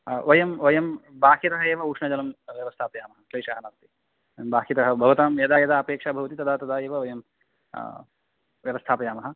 वयं वयं बाह्यतः एव उष्णजलं व्यवस्थापयामः क्लेशः नास्ति बाह्यतः भवतां यदा यदा अपेक्षा भवति तदा तदा एव वयं व्यवस्थापयामः